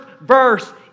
verse